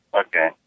Okay